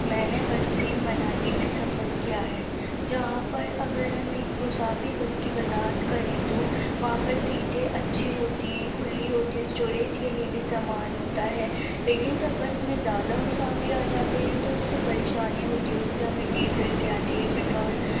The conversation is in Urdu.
میں نے بس سے منالی میں سفر کیا ہے جہاں پر اگر ہم ایک مسافر بس کی وضاحت کریں تو وہاں پر سیٹیں اچھی ہوتی ہیں کُھلی ہوتی ہیں اسٹوریج کے لیے بھی سامان ہوتا ہے لیکن جب بس میں زیادہ مسافر آ جاتے ہیں تو اُس سے پریشانی ہوتی ہے اُس سے ہمیں ڈیزل کی آتی ہے پٹرول